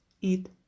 eat